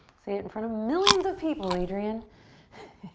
say it in front of millions of people, adriene.